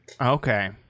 Okay